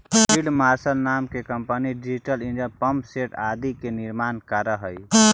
field marshal नाम के company diesel engine, pump set आदि के निर्माण करऽ हई